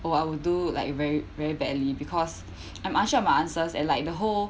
oh I would do like very very badly because I'm unsure of my answers and like the whole